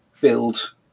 build